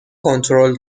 کنترل